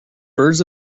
birds